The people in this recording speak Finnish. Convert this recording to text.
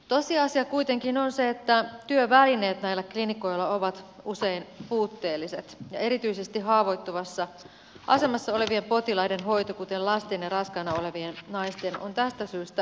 tosiasia kuitenkin on se että työvälineet näillä klinikoilla ovat usein puutteelliset ja erityisesti haavoittuvassa asemassa olevien potilaiden hoito kuten lasten ja raskaana olevien naisten on tästä syystä hyvin vaikeaa